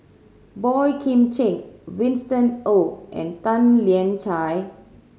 Boey Kim Cheng Winston Oh and Tan Lian Chye